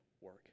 work